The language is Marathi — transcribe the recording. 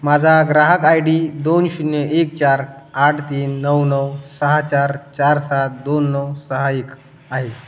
माझा ग्राहक आय डी दोन शून्य एक चार आठ तीन नऊ नऊ सहा चार चार सात दोन नऊ सहा एक आहे